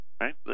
right